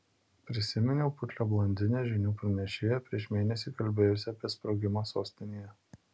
prisiminiau putlią blondinę žinių pranešėją prieš mėnesį kalbėjusią apie sprogimą sostinėje